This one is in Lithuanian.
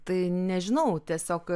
tai nežinau tiesiog